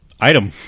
Item